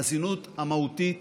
החסינות המהותית